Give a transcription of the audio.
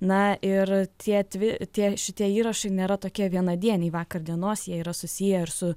na ir tie tvi tie šitie įrašai nėra tokie vienadieniai vakar dienos jie yra susiję ir su